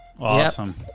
Awesome